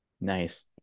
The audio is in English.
Nice